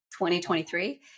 2023